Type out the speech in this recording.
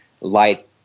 light